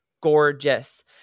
gorgeous